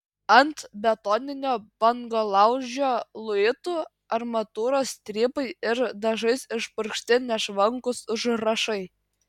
ant betoninio bangolaužio luitų armatūros strypai ir dažais išpurkšti nešvankūs užrašai